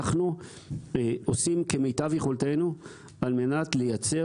אנחנו עושים כמיטב יכולתנו על מנת לייצר